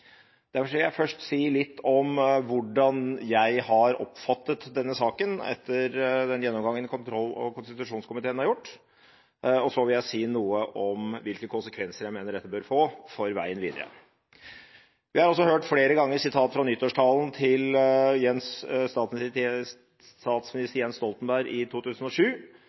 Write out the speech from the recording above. Derfor vil jeg først si litt om hvordan jeg har oppfattet denne saken, etter den gjennomgangen som kontroll- og konstitusjonskomiteen har gjort, og så vil jeg si noe om hvilke konsekvenser jeg mener dette bør få for veien videre. Vi har flere ganger hørt sitater fra nyttårstalen til statsminister Jens Stoltenberg i 2007,